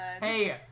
Hey